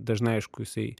dažnai aišku jisai